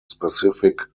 specific